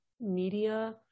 media